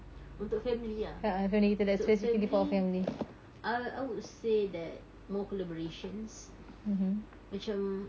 untuk family ah untuk family err I would say that more collaborations macam